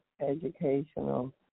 educational